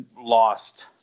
lost